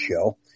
show